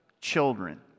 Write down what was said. children